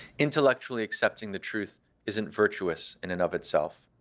intellectually accepting the truth isn't virtuous in and of itself.